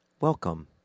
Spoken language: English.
welcome